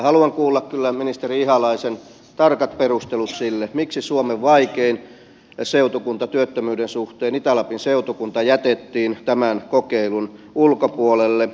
haluan kuulla kyllä ministeri ihalaisen tarkat perustelut sille miksi suomen vaikein seutukunta työttömyyden suhteen itä lapin seutukunta jätettiin tämän kokeilun ulkopuolelle